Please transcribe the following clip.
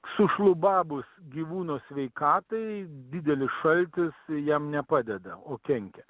sušlubavus gyvūno sveikatai didelis šaltis jam ne padeda o kenkia